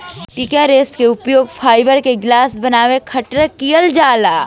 प्राकृतिक रेशा के उपयोग फाइबर के गिलास बनावे खातिर कईल जाला